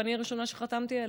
ואני הראשונה שחתמה עליה,